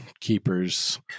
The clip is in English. keepers